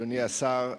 אדוני השר,